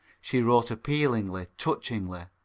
she wrote appealingly, touchingly.